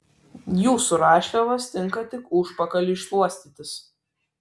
jūsų rašliavos tinka tik užpakaliui šluostytis